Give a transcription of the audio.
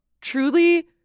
truly